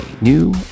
new